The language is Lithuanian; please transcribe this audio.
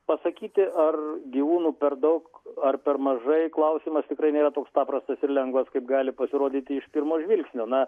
pasakyti ar gyvūnų per daug ar per mažai klausimas tikrai nėra toks paprastas ir lengvas kaip gali pasirodyti iš pirmo žvilgsnio na